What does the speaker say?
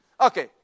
Okay